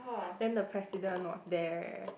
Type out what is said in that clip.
then the President was there